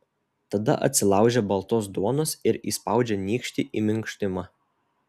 tada atsilaužia baltos duonos ir įspaudžia nykštį į minkštimą